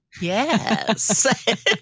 Yes